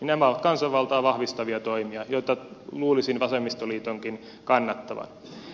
nämä ovat kansanvaltaa vahvistavia toimia joita luulisin vasemmistoliitonkin kannattavan